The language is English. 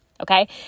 Okay